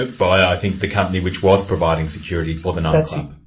and by i think the company which was providing security for the night club.